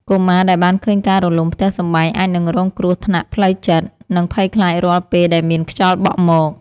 កុមារដែលបានឃើញការរលំផ្ទះសម្បែងអាចនឹងរងគ្រោះថ្នាក់ផ្លូវចិត្ត និងភ័យខ្លាចរាល់ពេលដែលមានខ្យល់បក់មក។